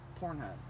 Pornhub